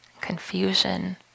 confusion